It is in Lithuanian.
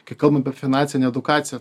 kai kalbam apie finansinę edukaciją